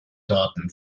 daten